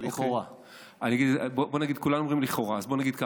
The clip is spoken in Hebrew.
לכאורה, בואו נגיד.